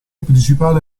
principale